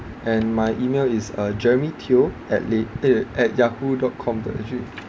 and my email is uh jeremy teo at la~ eh wait at yahoo dot com dot S_G